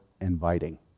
inviting